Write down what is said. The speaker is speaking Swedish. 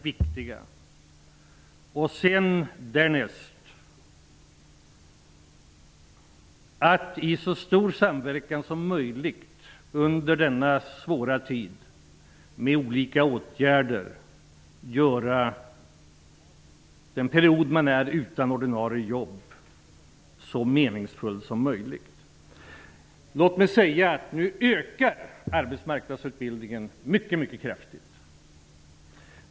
Därnäst är det viktigt att vi i så stor samverkan som möjligt, under denna svåra tid, med olika åtgärder gör den period som de arbetslösa är utan ordinarie jobb så meningsfull som möjligt. Låt mig säga att arbetsmarknadsutbildningen nu ökar mycket kraftigt.